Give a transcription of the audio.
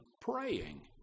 praying